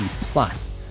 plus